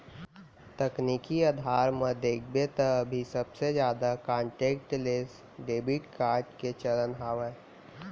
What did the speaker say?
तकनीकी अधार म देखबे त अभी सबले जादा कांटेक्टलेस डेबिड कारड के चलन हावय